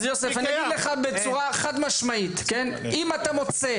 יוסף, אני אגיד לך בצורה חד משמעית, אם אתה מוצא